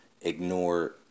ignore